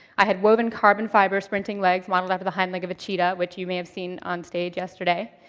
i had woven carbon fiber sprinting legs modeled after the hind leg of a cheetah, which you may have seen on stage yesterday.